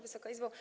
Wysoka Izbo!